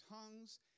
tongues